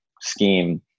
scheme